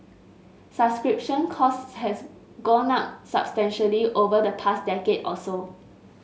subscription costs has gone up substantially over the past decade or so